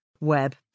web